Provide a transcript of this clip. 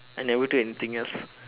I never do anything else